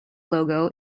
logo